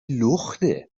لخته